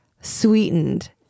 Sweetened